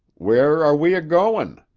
where are we a-goin'?